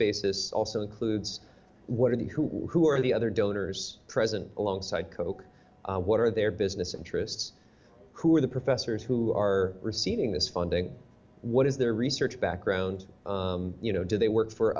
basis also includes what are the who who are the other donors present alongside koch what are their business interests who are the professors who are receiving this funding what is their research background you know do they work for